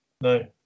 no